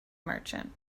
merchant